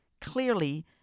clearly